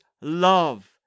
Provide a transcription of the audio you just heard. love